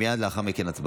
מייד לאחר מכן, הצבעה.